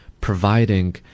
providing